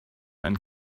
and